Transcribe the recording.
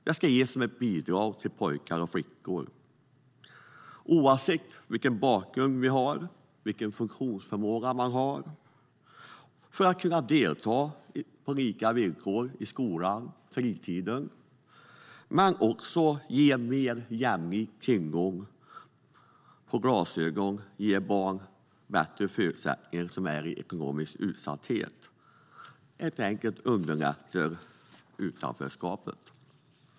Det ska ges som ett bidrag till pojkar och flickor, oavsett vilken bakgrund eller funktionsförmåga de har, för att de ska kunna delta på lika villkor i skolan och på fritiden. Det ska också ge mer jämlik tillgång till glasögon, vilket ger barn i ekonomisk utsatthet bättre förutsättningar och minskar utanförskapet.